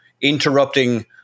interrupting